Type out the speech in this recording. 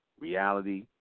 reality